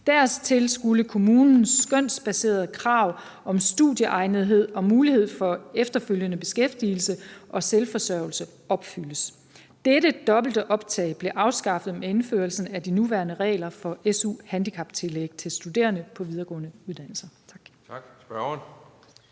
dertil skulle kommunens skønsbaserede krav om studieegnethed og mulighed for efterfølgende beskæftigelse og selvforsørgelse opfyldes. Dette dobbelte optag blev afskaffet med indførelsen af de nuværende regler for SU-handicaptillæg til studerende på videregående uddannelser.